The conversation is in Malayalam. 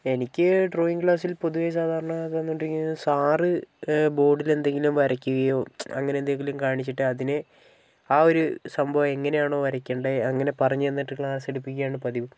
എനിക്ക് ഡ്രോയിംഗ് ക്ലാസ്സിൽ പൊതുവെ സാധാരണ വന്നോണ്ടിരിക്കുന്നത് സാറ് ബോർഡിൽ എന്തെങ്കിലും വരയ്ക്കുകയും അങ്ങനെ എന്തേലും കാണിച്ചിട്ട് അതില് ആ ഒരു സംഭവം എങ്ങനെയാണോ വരക്കണ്ടേ അങ്ങനെ പറഞ്ഞ് തന്നിട്ട് ക്ലാസ്സ് എടുപ്പിക്ക്യാണ് പതിവ്